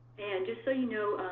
and just so you know,